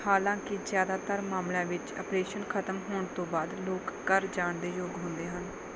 ਹਾਲਾਂਕਿ ਜ਼ਿਆਦਾਤਰ ਮਾਮਲਿਆਂ ਵਿੱਚ ਆਪ੍ਰੇਸ਼ਨ ਖਤਮ ਹੋਣ ਤੋਂ ਬਾਅਦ ਲੋਕ ਘਰ ਜਾਣ ਦੇ ਯੋਗ ਹੁੰਦੇ ਹਨ